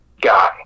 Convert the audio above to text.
guy